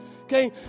okay